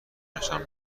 نشان